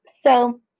So-